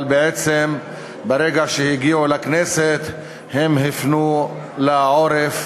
אבל בעצם ברגע שהם הגיעו לכנסת הם הפנו לה עורף